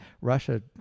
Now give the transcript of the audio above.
Russia